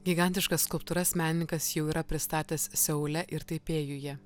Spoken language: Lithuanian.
gigantiškas skulptūras menininkas jau yra pristatęs seule ir taipėjuje